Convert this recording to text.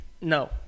No